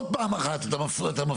עוד פעם אחת שאתה מפריע,